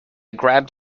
grabbed